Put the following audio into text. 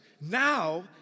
Now